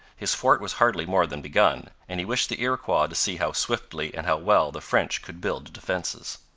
his fort was hardly more than begun, and he wished the iroquois to see how swiftly and how well the french could build defences.